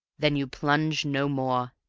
then you plunge no more,